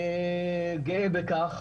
גאה בכך,